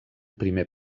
primer